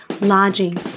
lodging